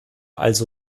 also